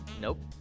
Nope